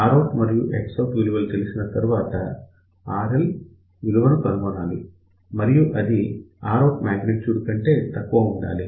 Rout మరియు Xout విలువలు తెలిసిన తరువాత RL విలువ కనుగొనాలి మరియు అది Rout మ్యాగ్నిటూడ్ కంటే తక్కువ ఉండాలి